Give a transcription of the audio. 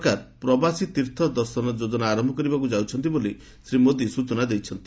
ସରକାର ପ୍ରବାସୀ ତୀର୍ଥ ଦର୍ଶନ ଯୋଜନା ଆରମ୍ଭ କରିବାକୁ ଯାଉଛନ୍ତି ବୋଲି ଶ୍ରୀ ମୋଦି ସ୍ୱଚନା ଦେଇଛନ୍ତି